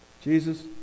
Jesus